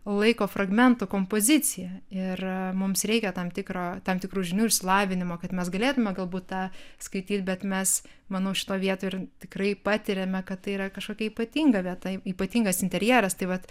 laiko fragmentų kompoziciją ir mums reikia tam tikro tam tikrų žinių išsilavinimo kad mes galėtume galbūt tą skaityt bet mes manau šitoj vietoj ir tikrai patiriame kad tai yra kažkokia ypatinga vieta ypatingas interjeras tai vat